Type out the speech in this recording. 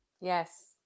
Yes